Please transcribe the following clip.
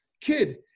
Kid